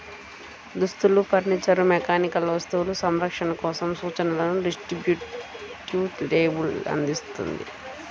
దుస్తులు, furniture, mechanical వస్తువులు, సంరక్షణ కోసం సూచనలను డిస్క్రిప్టివ్ లేబుల్ అందిస్తుంది